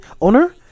owner